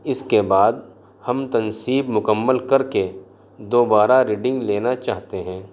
اس کے بعد ہم تنصیب مکمل کر کے دوبارہ ریڈنگ لینا چاہتے ہیں